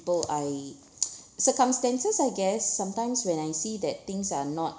~ple I circumstances I guess sometimes when I see that things are not